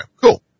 cool